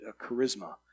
charisma